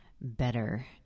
better